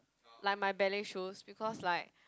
like my ballet shoes because like